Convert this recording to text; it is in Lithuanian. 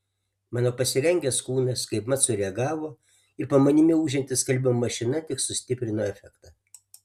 mano pasirengęs kūnas kaip mat sureagavo ir po manimi ūžianti skalbimo mašina tik sustiprino efektą